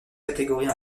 catégories